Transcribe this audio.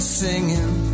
singing